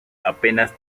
apenas